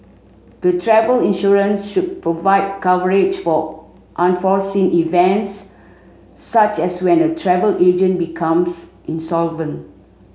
the travel insurance should provide coverage for unforeseen events such as when a travel agent becomes insolvent